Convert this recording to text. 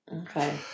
Okay